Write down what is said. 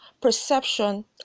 perception